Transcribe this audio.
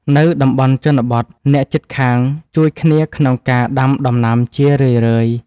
នៅតំបន់ជនបទ អ្នកជិតខាងជួយគ្នាក្នុងការដាំដំណាំជារឿយៗ។